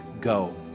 Go